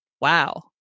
wow